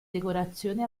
decorazioni